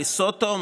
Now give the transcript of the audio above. לסוטו,